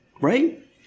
Right